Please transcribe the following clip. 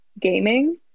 gaming